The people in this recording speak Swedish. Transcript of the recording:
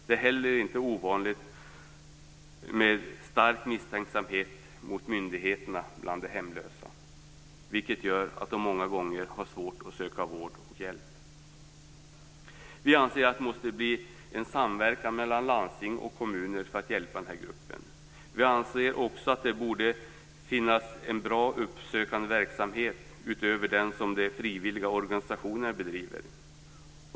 Det är inte heller ovanligt med en stark misstänksamhet mot myndigheter bland de hemlösa, vilket gör att de många gånger har svårt att söka vård och hjälp. Vi anser att det måste bli en samverkan mellan landsting och kommuner för att hjälpa den här gruppen. Vi anser också att det borde finnas en bra uppsökande verksamhet utöver den som de frivilliga organisationerna bedriver.